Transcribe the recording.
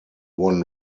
won